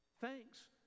Thanks